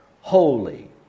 Holy